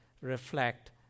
reflect